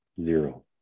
Zero